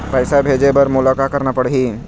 पैसा भेजे बर मोला का करना पड़ही?